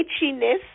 itchiness